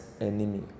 enemy